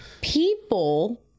people